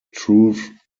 truth